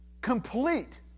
Complete